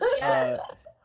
Yes